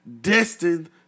destined